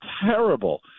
terrible